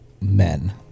men